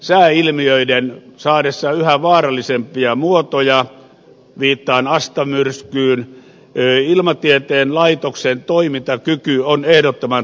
sääilmiöiden saadessa yhä vaarallisempia muotoja viittaan asta myrskyyn ilmatieteen laitoksen toimintakyky on ehdottoman tärkeä